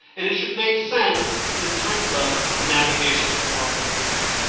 and it should make sense in terms of the navigation you're already used to.